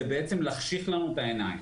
זה להחשיך לנו את העיניים.